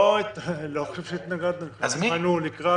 אני לא חושב שהתנגדנו, באנו לקראת.